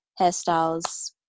hairstyles